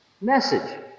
message